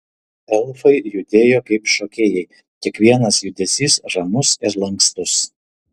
elfai judėjo kaip šokėjai kiekvienas judesys ramus ir lankstus